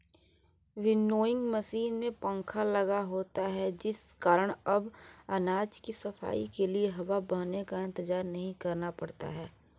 winnowing machine में पंखा लगा होता है जिस कारण अब अनाज की सफाई के लिए हवा बहने का इंतजार नहीं करना पड़ता है